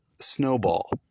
snowball